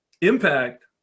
impact